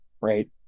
right